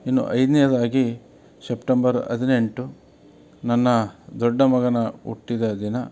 ಇನ್ನು ಐದನೇದಾಗಿ ಸೆಪ್ಟೆಂಬರ್ ಹದಿನೆಂಟು ನನ್ನ ದೊಡ್ಡ ಮಗನ ಹುಟ್ಟಿದ ದಿನ